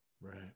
right